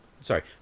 sorry